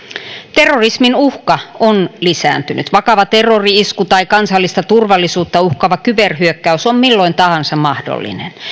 terrorismin uhka on lisääntynyt vakava terrori isku tai kansallista turvallisuutta uhkaava kyberhyökkäys on milloin tahansa mahdollinen